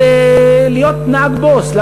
אז להיות נהג בוס.